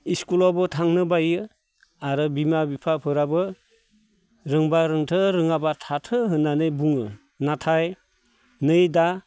स्कुलावबो थांनो बायो आरो बिमा बिफाफोराबो रोंबा रोंथों रोङाबा थाथों होननानै बुङो नाथाय नै दा